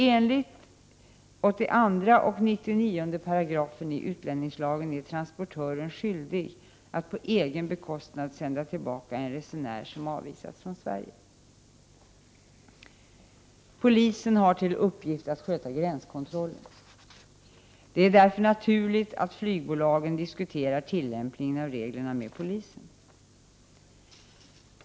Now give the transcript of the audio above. Enligt 82 och 99 §§ utlänningslagen är transportören skyldig att på egen bekostnad sända tillbaka en resenär som avvisats från Sverige. Polisen har till uppgift att sköta gränskontrollen. Det är därför naturligt att flygbolagen diskuterar tillämpningen av reglerna med polisen.